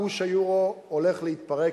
גוש היורו הולך להתפרק.